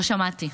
לא שמעתי.